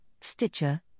Stitcher